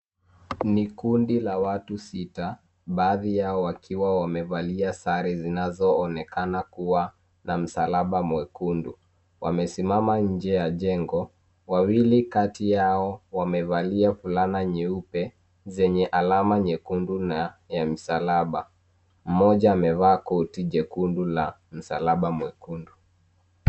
Ni kundi la watu sita baadhi yao wakiwa wamevalia sare zinazo onekana kuwa za msalaba mwekundu. Wamesimama inje ya jengo. Wawili kati yao wamevalia fulana nyeupe zenye alama nyekundu na ya msalaba . Mmoja amevaa koti jekundu la msalaba mwekundu.